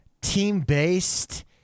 team-based